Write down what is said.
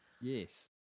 Yes